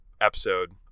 episode